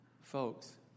Folks